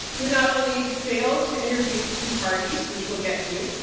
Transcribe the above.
who not only failed to interview key parties, which we'll get to,